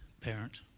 parent